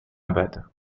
abad